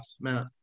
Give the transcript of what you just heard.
Matt